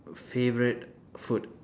favourite food